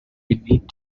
need